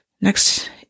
Next